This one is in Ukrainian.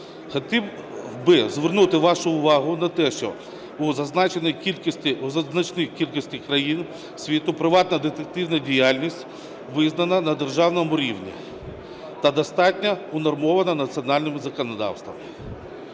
Хотів би звернути вашу увагу на те, що у значній кількості країн світу приватна детективна діяльність визнана на державному рівні та достатньо унормована національним законодавством.